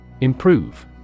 Improve